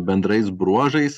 bendrais bruožais